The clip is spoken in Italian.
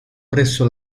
presso